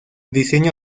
diseño